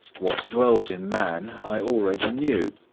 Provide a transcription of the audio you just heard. what dwells in man i already knew.